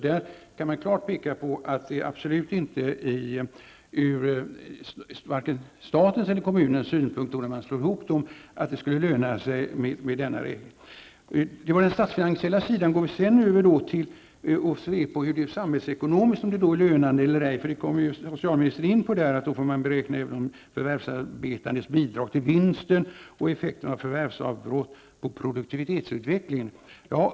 Där kan man peka på att det absolut inte skulle löna sig, vare sig ur statens eller kommunens synpunkt. Det var den statsfinansiella sidan. När det gäller frågan om det är samhällsekonomiskt lönande eller ej kom socialministern in på att man även måste beakta den förvärvsarbetandes bidrag till vinsten och effekten av förvärvsavbrott på produktivitetsutvecklingen.